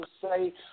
say